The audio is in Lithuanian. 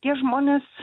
tie žmonės